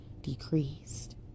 decreased